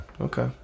Okay